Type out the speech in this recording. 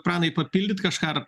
pranai papildyt kažką